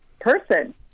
person